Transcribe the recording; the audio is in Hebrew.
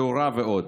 תאורה ועוד.